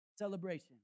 celebration